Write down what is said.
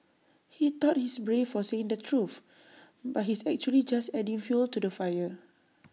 he thought he's brave for saying the truth but he's actually just adding fuel to the fire